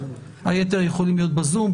היתר יכולים להיות בזום.